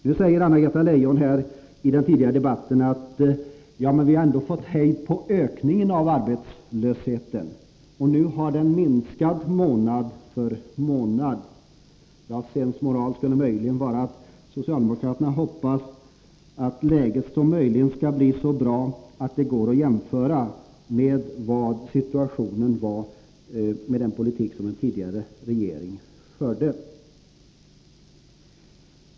Nu sade Anna-Greta Leijon tidigare i debatten i dag: Men vi har ändå fått hejd på ökningen av arbetslösheten, och nu har den minskat månad för månad. Sens moral skulle möjligen vara att socialdemokraterna hoppas att läget blir så bra att det går att jämföra med den situation som rådde under den tidigare regeringens tid.